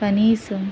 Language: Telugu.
కనీసం